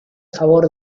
favor